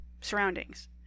surroundings